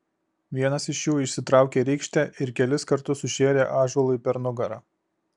vienas iš jų išsitraukė rykštę ir kelis kartus sušėrė ąžuolui per nugarą